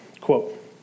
quote